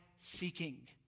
seeking